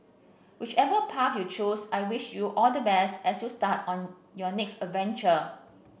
whichever path you choose I wish you all the best as you start on your next adventure